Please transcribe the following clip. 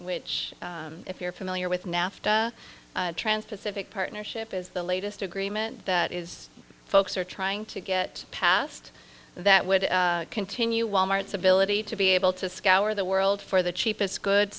which if you're familiar with nafta trans pacific partnership is the latest agreement that is folks are trying to get passed that would continue wal mart's ability to be able to scour the world for the cheapest good